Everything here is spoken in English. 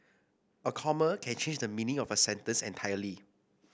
a comma can change the meaning of a sentence entirely